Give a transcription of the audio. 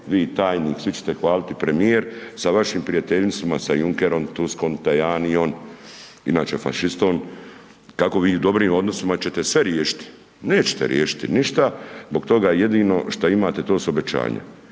vi, tajnik, svi će te hvaliti, premijer, sa vašim prijateljima sa Junckerom, Tuskom, Tajaniom inače fašistom, kako bi u dobrim odnosima ćete sve riješiti. Nećete riješiti ništa zbog toga jedino što imate to su obećanja,